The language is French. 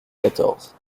quatorze